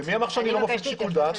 מי אמר שאני לא מפעיל שיקול דעת?